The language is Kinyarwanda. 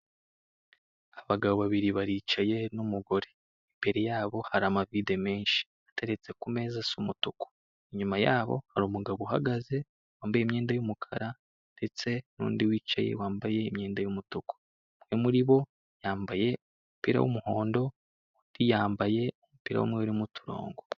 Abagabo babiri baricaye n'umugore. Imbere yabo hari amavide menshi ateretseho ku meza asa umutuku. Inyuma y'abo hari umugabo uhagaze, wambaye imyenda y'umukara ndetse n'undi wicaye wambaye imyenda y'umutuku. Umwe muri bo yambaye umupira w'umuhondo, undi yambaye umupira w'umweru urimo uturongo.